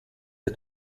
the